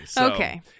Okay